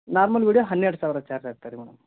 normal video ಹನ್ನೆರಡು ಸಾವಿರ charge ಆಗ್ತರಿ ಮೇಡಮ್